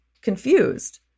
confused